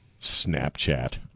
Snapchat